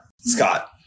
Scott